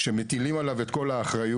שמטילים עליו את כל האחריות,